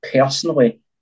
personally